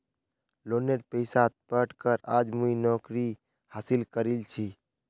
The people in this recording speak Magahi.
लोनेर पैसात पढ़ कर आज मुई नौकरी हासिल करील छि